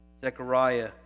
Zechariah